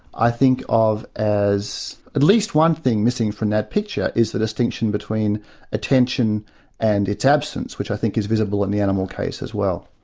i think of as at least one thing missing from that picture is the distinction between attention and its absence, which i think is visible in the animal case as well.